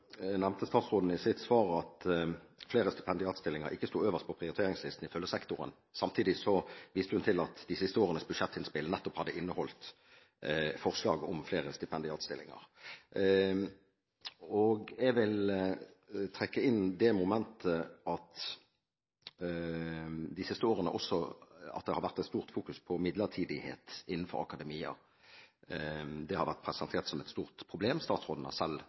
nevnte statsråden i sitt svar at flere stipendiatstillinger ikke sto øverst på prioriteringslisten, ifølge sektoren. Samtidig viste hun til at de siste årenes budsjettinnspill nettopp hadde inneholdt forslag om flere stipendiatstillinger. Jeg vil trekke inn det momentet at det i de siste årene også har vært et stort fokus på midlertidighet innenfor akademia. Det har vært presentert som et stort problem. Statsråden har selv